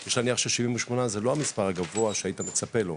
יש להניח ש-78 זה לא המספר הגבוה שהיית מצפה לו.